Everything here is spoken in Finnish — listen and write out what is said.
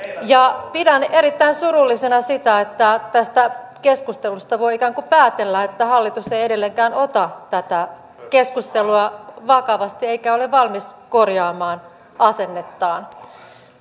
ja pidän erittäin surullisena sitä että tästä keskustelusta voi ikään kuin päätellä että hallitus ei edelleenkään ota tätä keskustelua vakavasti eikä ole valmis korjaamaan asennettaan